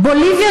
בוליביה,